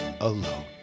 alone